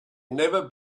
never